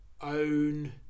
own